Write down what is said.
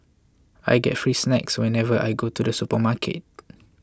I get free snacks whenever I go to the supermarket